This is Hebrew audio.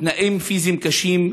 תנאים פיזיים קשים,